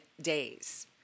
days